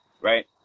right